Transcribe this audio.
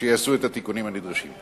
שיעשו את התיקונים הנדרשים.